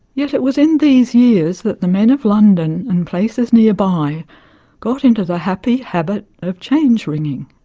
yet it was in these years that the men of london and places nearby got into the happy habit of change ringing,